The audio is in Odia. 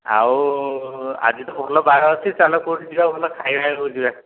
ଆଉ ଆଜି ତ ଭଲ ବାର ଅଛି ଚାଲ କେଉଁଠିକି ଭଲ ଖାଇବାକୁ ଯିବା